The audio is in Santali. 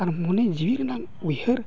ᱟᱨ ᱢᱚᱱᱮ ᱡᱤᱣᱤ ᱨᱮᱱᱟᱝ ᱩᱭᱦᱟᱹᱨ